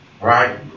Right